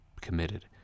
committed